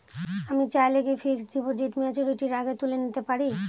আমি চাইলে কি ফিক্সড ডিপোজিট ম্যাচুরিটির আগেই তুলে নিতে পারি?